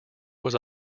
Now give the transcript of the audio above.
was